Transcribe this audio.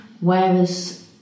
whereas